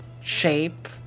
shape